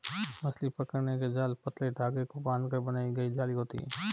मछली पकड़ने के जाल पतले धागे को बांधकर बनाई गई जाली होती हैं